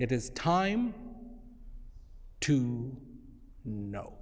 it is time to know